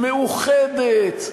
מאוחדת,